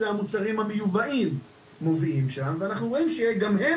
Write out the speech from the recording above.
זה המוצרים המיובאים שמובילים שם ואנחנו רואים שגם הם